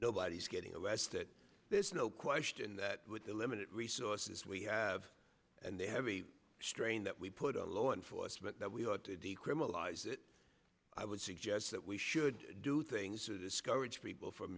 nobody's getting that there's no question that with the limited resources we have and they have a strain that we put a law enforcement that we ought to decriminalize it i would suggest that we should do things to discourage people from